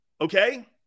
Okay